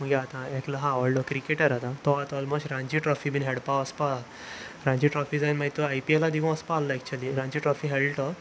म्हजो आतां एकलो आसा व्हडलो क्रिकेटर आतां तो आतां ऑलमोस्ट आतां रणजी ट्रॉफी बी खेळपा वचपा आसा रणजी ट्रॉफी जावन मागीर तो आय पी एला देखून वचपा आसलो एक्चुली रणजी ट्रॉफी खेळ्ळा तो